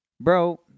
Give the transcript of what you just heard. Bro